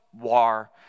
war